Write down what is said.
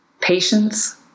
patience